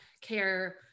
care